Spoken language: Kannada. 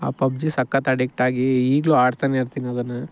ಆ ಪಬ್ಜಿ ಸಕತ್ ಅಡಿಕ್ಟಾಗಿ ಈಗಲು ಆಡ್ತಾನೆ ಇರ್ತೀನಿ ಅದನ್ನು